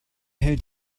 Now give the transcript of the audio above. hält